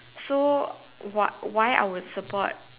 so why why I would support